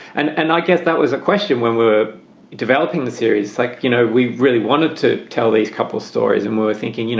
and and i guess that was a question when we were developing the series, like, you know, we really wanted to tell these couples stories and we were thinking, you know,